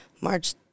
March